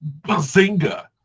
bazinga